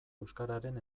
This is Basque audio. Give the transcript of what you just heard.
euskararen